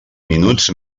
minuts